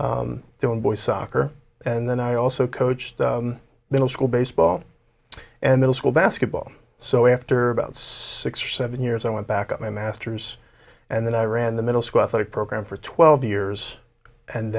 are doing boys soccer and then i also coached middle school baseball and middle school basketball so after about six or seven years i went back on my masters and then i ran the middle school athletic program for twelve years and